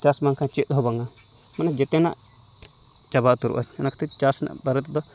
ᱪᱟᱥ ᱵᱟᱝᱠᱷᱟᱱ ᱪᱮᱫᱦᱚᱸ ᱵᱟᱝᱟ ᱢᱟᱱᱮ ᱡᱮᱛᱮᱱᱟᱜ ᱪᱟᱵᱟ ᱩᱛᱟᱹᱨᱚᱜᱼᱟ ᱚᱱᱟ ᱠᱷᱟᱹᱛᱤᱨ ᱪᱟᱥ ᱨᱮᱱᱟᱜ ᱵᱟᱨᱮᱛᱮᱫᱚ